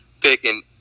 picking